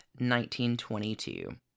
1922